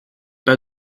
pas